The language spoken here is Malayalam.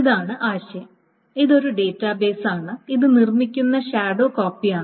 ഇതാണ് ആശയം ഇതൊരു ഡാറ്റാബേസ് ആണ് ഇത് നിർമ്മിക്കുന്ന ഷാഡോ കോപ്പിയാണ്